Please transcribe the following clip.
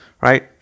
right